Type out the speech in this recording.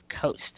Coast